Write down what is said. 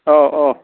ꯑꯧ ꯑꯧ